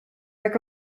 jak